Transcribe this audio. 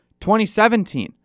2017